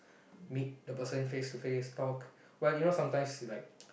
meet the person face to face talk but you know sometimes like